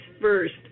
first